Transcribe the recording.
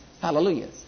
Hallelujah